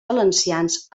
valencians